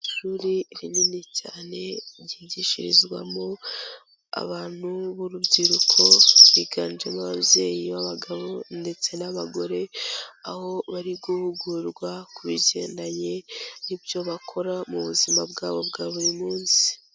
Ishuri rinini cyane ryigishirizwamo abantu b'urubyiruko, biganjemo ababyeyi b'abagabo, ndetse n'abagore, aho bari guhugurwa ku bigendanye n'ibyo bakora, mu buzima bwabo bwa buri munsi.